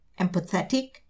empathetic